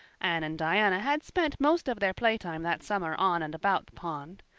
anne and diana had spent most of their playtime that summer on and about the pond.